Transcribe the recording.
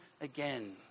again